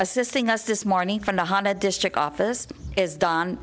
assisting us this morning from the honda district office is don